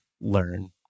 learn